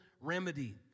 remedy